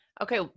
Okay